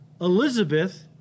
Elizabeth